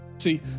See